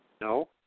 No